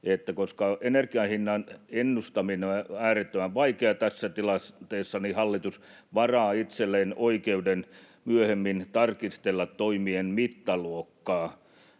koska energian hinnan ennustaminen on äärettömän vaikeaa tässä tilanteessa, niin hallitus varaa itselleen oikeuden myöhemmin tarkistella toimien mittaluokkaa.